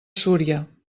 súria